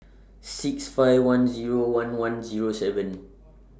six five one Zero one one Zero seven